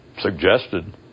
suggested